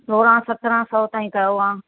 सोरहां सत्रहां सौ ताईं कयो हा